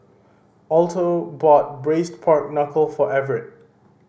Alto bought Braised Pork Knuckle for Everett